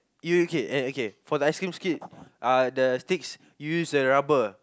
you okay eh okay for the ice cream stick uh the sticks you use the rubber